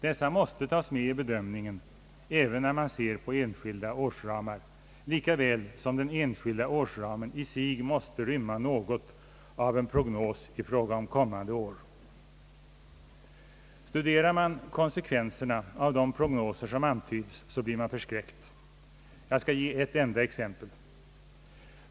Dessa måste tas med i bedömningen, även när man ser på enskilda årsramar, lika väl som den enskilda årsramen i sig måste rymma något av en prognos i fråga om kommande år. Studerar man konsekvenserna av de prognoser som antyds, så blir man förskräckt. Jag skall ge ett enda exempel.